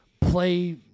play